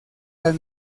las